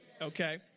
Okay